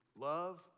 love